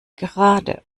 gerade